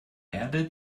erde